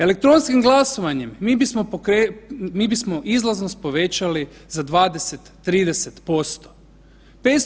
Elektronskim glasovanjem mi bismo izlaznost povećali za 20, 30%